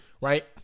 right